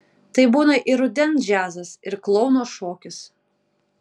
tai būna ir rudens džiazas ir klouno šokis